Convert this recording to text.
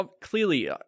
clearly